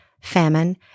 famine